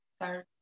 third